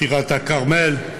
טירת כרמל,